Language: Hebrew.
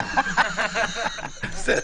בסדר.